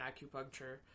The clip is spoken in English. acupuncture